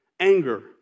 Anger